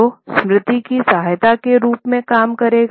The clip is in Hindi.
जो स्मृति की सहायता के रूप में काम करेगा